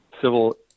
civil